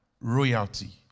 royalty